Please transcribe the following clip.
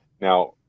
Now